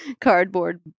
cardboard